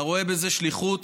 אתה רואה בזה שליחות,